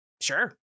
sure